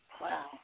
Wow